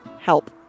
help